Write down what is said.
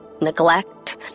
neglect